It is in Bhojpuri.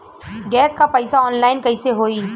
गैस क पैसा ऑनलाइन कइसे होई?